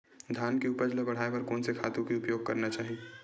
धान के उपज ल बढ़ाये बर कोन से खातु के उपयोग करना चाही?